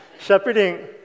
Shepherding